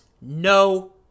no